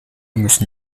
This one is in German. müssen